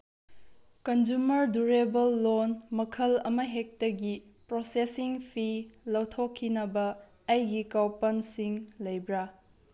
consumer durable loan ꯃꯈꯜ ꯑꯃ ꯍꯦꯛꯇꯒꯤ ꯄ꯭ꯔꯣꯁꯦꯁꯤꯡ ꯐꯤ ꯂꯧꯊꯣꯛꯈꯤꯅꯕ ꯑꯩꯒꯤ ꯀꯣꯄꯟꯁꯤꯡ ꯂꯩꯕ꯭ꯔꯥ